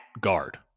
Guard